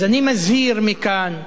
אז אני מזהיר מכאן,